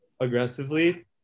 aggressively